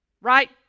right